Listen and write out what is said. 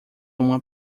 uma